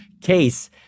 case